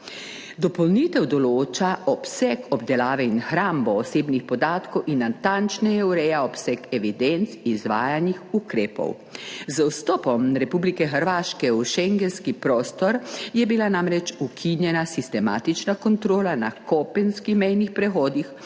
Dopolnitev določa obseg obdelave in hrambo osebnih podatkov in natančneje ureja obseg evidenc izvajanih ukrepov. Z vstopom Republike Hrvaške v schengenski prostor je bila namreč ukinjena sistematična kontrola na kopenskih mejnih prehodih,